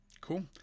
cool